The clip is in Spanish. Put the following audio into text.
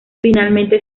finalmente